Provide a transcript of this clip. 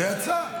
זה יצא.